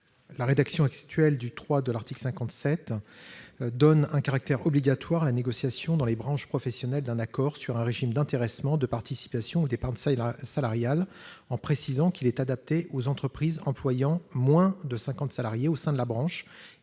ambiguë. En effet, elle donne un caractère obligatoire à la négociation dans les branches professionnelles d'un accord sur « un régime d'intéressement, de participation ou d'épargne salariale » en précisant qu'il « est adapté aux entreprises employant moins de cinquante salariés au sein de la branche